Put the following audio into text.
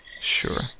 sure